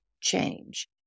change